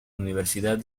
universidad